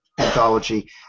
anthology